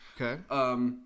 Okay